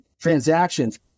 transactions